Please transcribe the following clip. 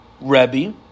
Rebbe